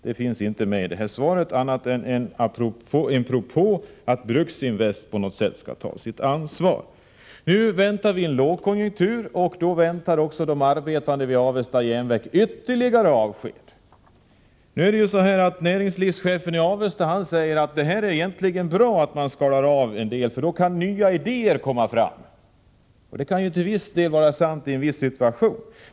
Det har inte berörts i det här svaret på annat sätt än genom en notering om att Bruksinvest bör ta sitt ansvar. Nu väntar vi en lågkonjunktur, och då räknar de arbetande vid Avesta Järnverk med att det blir ytterligare avskedanden. Men näringslivschefen i Avesta säger att det egentligen är bra att man skär ned, för då kan nya idéer komma fram. Detta kan till viss del stämma i en speciell situation.